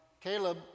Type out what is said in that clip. Caleb